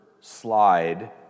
slide